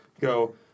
go